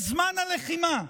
בזמן הלחימה,